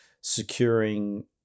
securing